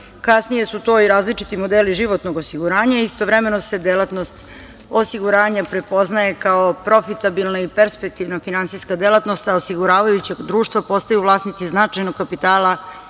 Kasnije su to i različiti modeli životnog osiguranja. Istovremeno se delatnost osiguranja prepoznaje kao profitabilna i perspektivna finansijska delatnost, a osiguravajuća društva postaju vlasnici značajnog kapitala